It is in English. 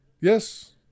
yes